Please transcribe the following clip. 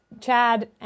Chad